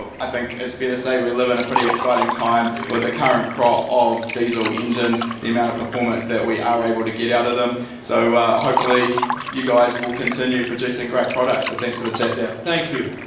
i think it's fair to say we live in a pretty exciting time with the current crop of diesel engines, the amount of performance that we are able to get out of them so hopefully you guys will continue producing great products so thanks for the chat there. thank you.